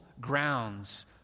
grounds